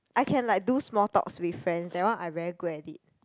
I can like do small talks with friend that one I very good at it